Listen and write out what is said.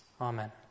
Amen